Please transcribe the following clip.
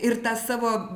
ir tą savo